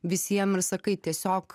visiem ir sakai tiesiog